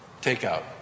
takeout